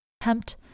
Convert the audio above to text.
attempt